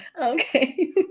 Okay